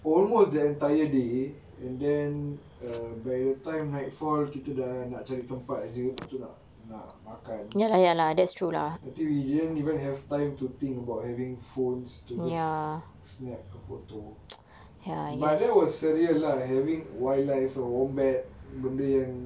almost the entire day and then uh by the time nightfall kita dah nak cari tempat saje lepas tu nak nak makan until we didn't even have time to think about having phones to just snap a photo but that was surreal lah having wildlife a wombat benda yang